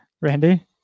Randy